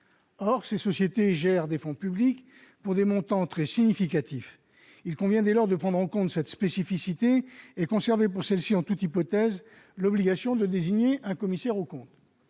Or ces sociétés gèrent des fonds publics pour des montants très significatifs. Dès lors, il convient de prendre en compte cette spécificité et de conserver pour ces SEM, en toute hypothèse, l'obligation de désigner un commissaire aux comptes.